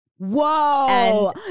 Whoa